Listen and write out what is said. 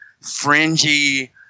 fringy